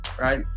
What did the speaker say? right